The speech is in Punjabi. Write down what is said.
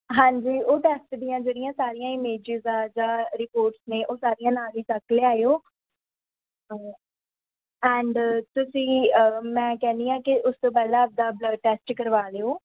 ਹਾਂਜੀ ਉਹ ਟੈਸਟ ਦੀਆਂ ਜਿਹੜੀਆਂ ਸਾਰੀਆਂ ਇਮੇਜਿਸ ਆ ਜਾਂ ਰਿਪੋਰਟਸ ਨੇ ਉਹ ਸਾਰੀਆਂ ਨਾਲ ਹੀ ਚੁੱਕ ਲਿਆਇਓ ਐਂਡ ਤੁਸੀਂ ਮੈਂ ਕਹਿੰਦੀ ਹਾਂ ਕਿ ਉਸ ਤੋਂ ਪਹਿਲਾਂ ਆਪਣਾ ਬਲੱਡ ਟੈਸਟ ਕਰਵਾ ਲਿਓ